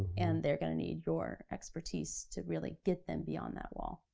and they're gonna need your expertise to really get them beyond that wall.